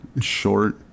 Short